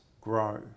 grow